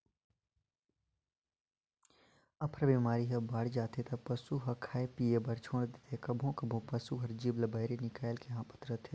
अफरा बेमारी ह बाड़ जाथे त पसू ह खाए पिए बर छोर देथे, कभों कभों पसू हर जीभ ल बहिरे निकायल के हांफत रथे